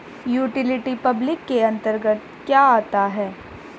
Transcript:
Utility public के अंतर्गत क्या आता है?